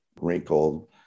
wrinkled